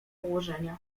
położenia